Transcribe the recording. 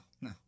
no